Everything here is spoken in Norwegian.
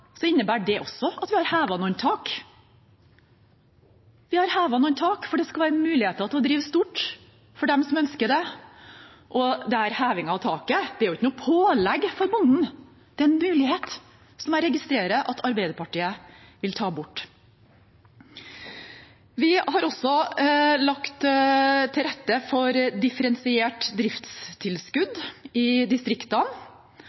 skal være muligheter til å drive stort for dem som ønsker det. Denne hevingen av taket er ikke noe pålegg for bonden, men en mulighet, som jeg registrerer at Arbeiderpartiet vil ta bort. Vi har også lagt til rette for differensiert